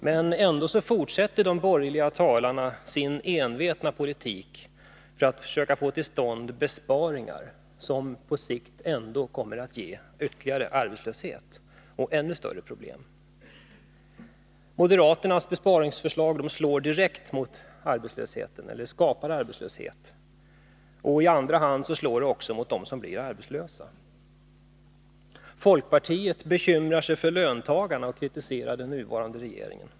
Men ändå fortsätter de borgerliga talarna sin envetna politik för att försöka få till stånd besparingar som på sikt ändå kommer att ge ytterligare arbetslöshet och ännu större problem. Moderaternas besparingsförslag slår på ett sådant sätt att det skapar arbetslöshet. Dessutom slår det mot dem-som blir arbetslösa. Folkpartiet bekymrar sig för löntagarna och kritiserar den nuvarande regeringen.